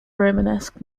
romanesque